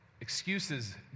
Excuses